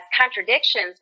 contradictions